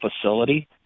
facility